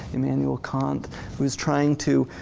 immanuel kant, who's trying to,